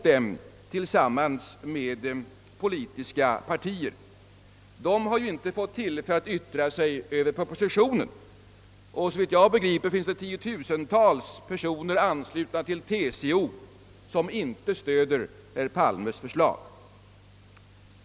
Dessa organisationer har inte haft tillfälle att yttra sig över propositionen, och såvitt jag förstår finns det tiotusentals personer inom TCO som inte stöder herr Palmes förslag.